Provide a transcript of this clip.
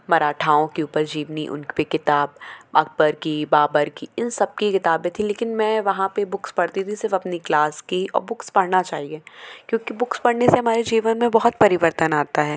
मराठाओं के ऊपर जीवनी उन पर किताब अकबर की बाबर की इन सब की किताबें थीं लेकिन मैं वहाँ पर बुक्स पढ़ती थी सिर्फ़ अपनी क्लास की और बुक्स पढ़ना चाहिए क्योंकि बुक्स पढ़ने से हमारे जीवन में बहुत परिवर्तन आता है